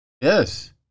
yes